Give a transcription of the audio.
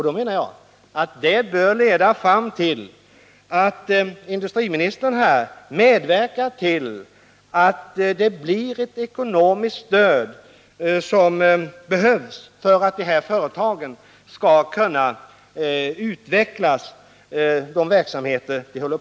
Detta bör leda fram till att industriministern medverkar till att det blir ett sådan ekonomiskt stöd som behövs för att dessa företag skall kunna utveckla de verksamheter de bedriver.